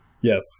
Yes